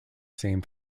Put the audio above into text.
same